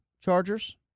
Chargers